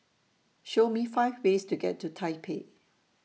Show Me five ways to get to Taipei